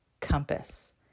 compass